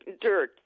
dirt